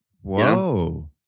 Whoa